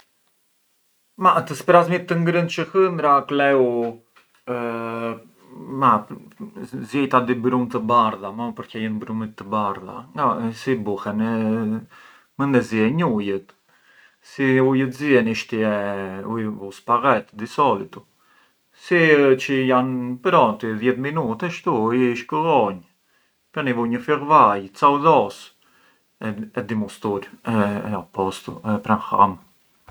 Ma të sprasmit të ngrënë çë hëngra kleu, ma ziejta dy brumë të bardha, mua më përqejën brumit të bardha, si buhen, zienj ujët, si ujët zien u i shtie, u i vu spaghet di solitu, si ë çë jan prontu, dhjet minute shtu i shkëllonj, i vu një fill vajë, ca udhos e ca mustur e a postu, e pran ha.